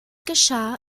geschah